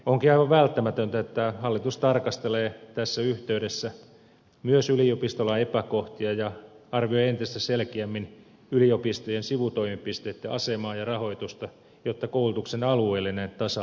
onkin aivan välttämätöntä että hallitus tarkastelee tässä yhteydessä myös yliopistolain epäkohtia ja arvioi entistä selkeämmin yliopistojen sivutoimipisteitten asemaa ja rahoitusta jotta koulutuksen alueellinen tasa arvo toteutuu